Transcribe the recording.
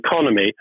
economy